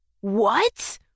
What